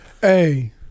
Hey